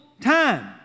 time